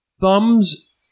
thumbs